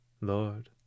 Lord